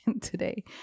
today